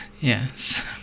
Yes